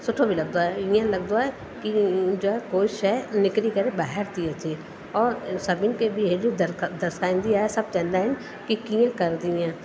सुठो बि लॻंदो आहे ईअं लॻंदो आहे कि जो आहे कोई शइ निकरी करे ॿाहिरि थी अचे और सभिनि खे बि दर दर्साईंदी आहिनि सभु चईंदा आहिनि कि कीअं करंदी आहियां